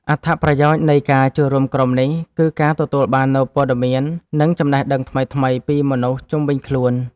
អត្ថប្រយោជន៍នៃការចូលរួមក្រុមនេះ គឺការទទួលបាននូវពត៌មាន និងចំណេះដឹងថ្មីៗពីមនុស្សជុំវិញខ្លួន។